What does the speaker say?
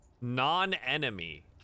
non-enemy